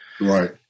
Right